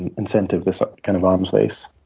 and incentive, this kind of arms race.